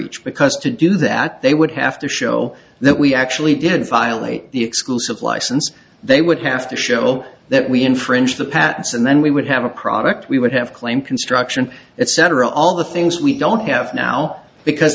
each because to do that they would have to show that we actually didn't violate the exclusive license they would have to show that we infringe the patents and then we would have a product we would have claimed construction that set are all the things we don't have now because